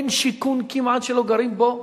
אין כמעט שיכון שלא גרים בו ערבים,